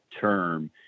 term